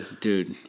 Dude